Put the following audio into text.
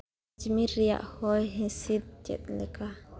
ᱟᱡᱽᱢᱤᱨ ᱨᱮᱭᱟᱜ ᱦᱚᱸᱭ ᱦᱤᱸᱥᱤᱫ ᱪᱮᱫ ᱞᱮᱠᱟ